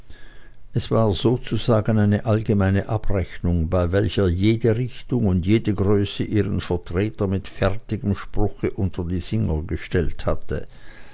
es war sozusagen eine allgemeine abrechnung bei welcher jede richtung und jede größe ihren vertreter mit fertigem spruche unter die singer gestellt hatte